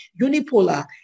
Unipolar